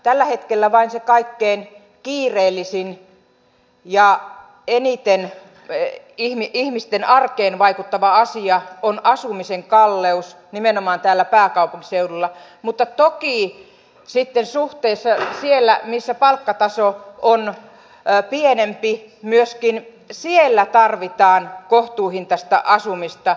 tällä hetkellä vain se kaikkein kiireellisin ja eniten ihmisten arkeen vaikuttava asia on asumisen kalleus nimenomaan täällä pääkaupunkiseudulla mutta toki suhteessa siellä missä palkkataso on pienempi myöskin tarvitaan kohtuuhintaisia asumista